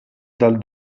dal